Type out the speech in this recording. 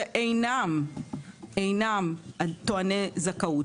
שאינם טועני זכאות.